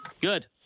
Good